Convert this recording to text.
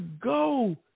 go